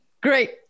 Great